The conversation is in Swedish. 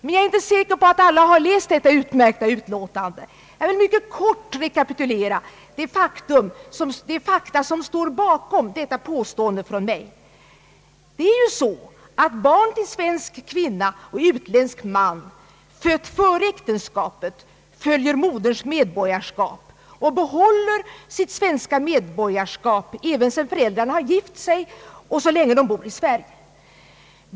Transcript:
Men jag är inte säker på att alla har läst detta utmärkta utlåtande, så att jag vill mycket kort rekapitulera några fakta som står bakom detta mitt påstående: Barn till svensk kvinna och utländsk man, fött före äktenskapet, följer moderns medborgarskap och behåller sitt svenska medborgarskap även sedan föräldrarna har gift sig och så länge de bor i Sverige.